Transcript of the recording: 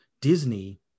Disney